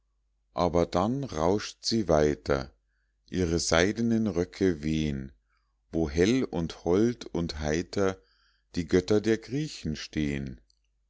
aber dann rauscht sie weiter ihre seidenen röcke weh'n wo hell und hold und heiter die götter der griechen steh'n